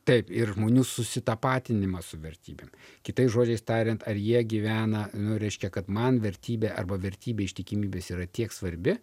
taip ir žmonių susitapatinimas su vertybėm kitais žodžiais tariant ar jie gyvena nu reiškia kad man vertybė arba vertybė ištikimybės yra tiek svarbi